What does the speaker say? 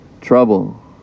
trouble